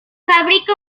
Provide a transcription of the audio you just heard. fabrica